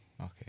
Okay